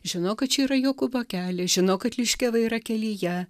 žino kad čia yra jokūbo kelias žino kad liškiava yra kelyje